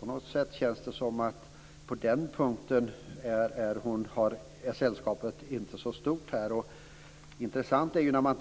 På något sätt känns det som att på den punkten är sällskapet inte så stort.